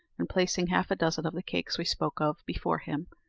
and placing half-a-dozen of the cakes we spoke of before him,